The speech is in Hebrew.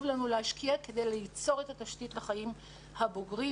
לנו להשקיע כדי ליצור את התשתית לחיים הבוגרים.